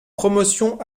promotion